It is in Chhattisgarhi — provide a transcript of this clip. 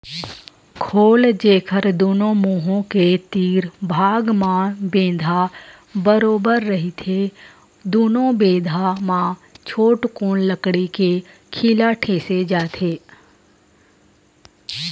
खोल, जेखर दूनो मुहूँ के तीर भाग म बेंधा बरोबर रहिथे दूनो बेधा म छोटकुन लकड़ी के खीला ठेंसे जाथे